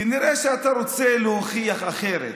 כנראה אתה רוצה להוכיח אחרת.